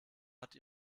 hat